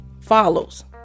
follows